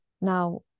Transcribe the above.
Now